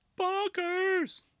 Bonkers